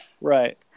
Right